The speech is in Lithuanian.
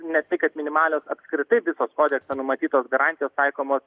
ne tik kad minimalios apskritai visos kodekse numatytos garantijos taikomos